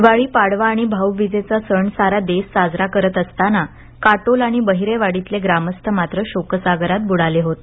दिवाळी पाडवा आणि भाऊबिजेचा सण सारा देश साजरा करत असताना काटोल आणि बहिरेवाडीतले ग्रामस्थ मात्र शोकसागरात बुडाले होते